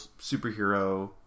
superhero